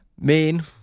Main